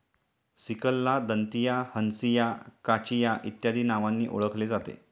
सिकलला दंतिया, हंसिया, काचिया इत्यादी नावांनी ओळखले जाते